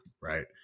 right